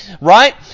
right